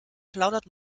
plaudert